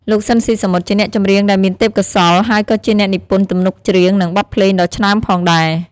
លោក ស៊ីន ស៊ីសាមុត ជាអ្នកចម្រៀងដែលមានទេពកោសល្យហើយក៏ជាអ្នកនិពន្ធទំនុកច្រៀង និងបទភ្លេងដ៏ឆ្នើមផងដែរ ។